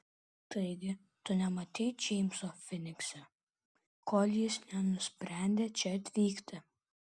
taigi tu nematei džeimso finikse kol jis nenusprendė čia atvykti